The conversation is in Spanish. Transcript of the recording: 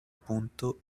punto